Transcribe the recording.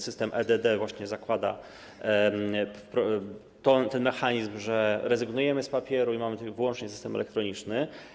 System e-DD właśnie zakłada ten mechanizm, że rezygnujemy z papieru i mamy tu wyłącznie system elektroniczny.